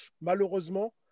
Malheureusement